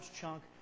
chunk